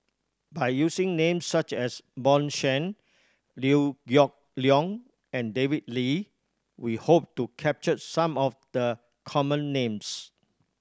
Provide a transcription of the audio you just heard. by using names such as Bjorn Shen Liew Geok Leong and David Lee we hope to capture some of the common names